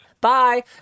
bye